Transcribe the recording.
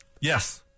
Yes